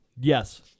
Yes